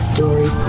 Story